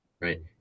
right